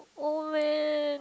oh man